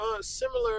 similar